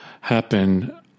happen